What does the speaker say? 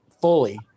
fully